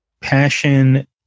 passion